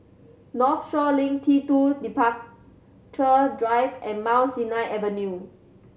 Northshore Link T Two Departure Drive and Mount Sinai Avenue